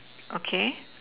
okay